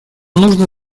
нужно